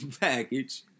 package